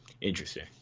Interesting